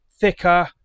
thicker